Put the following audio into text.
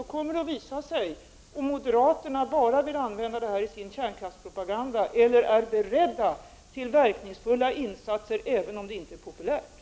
Då kommer det att visa sig om moderaterna bara vill använda det här i sin kärnkraftspropaganda eller om de är beredda till verkningsfulla insatser även om det inte är populärt.